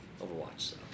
Overwatch